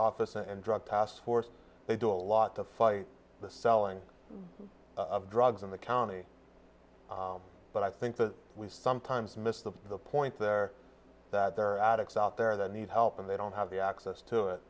office and drug task force they do a lot to fight the selling of drugs in the county but i think that we sometimes miss the point there that there are addicts out there that need help and they don't have the access to it